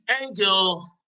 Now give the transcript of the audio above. angel